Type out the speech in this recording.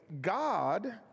God